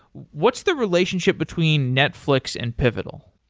what's the relationship between netflix and pivotal?